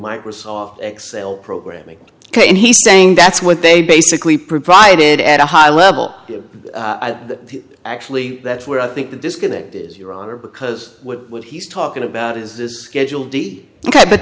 microsoft excel programming and he's saying that's what they basically provided at a high level actually that's where i think the disconnect is your honor because what he's talking about is this schedule d ok but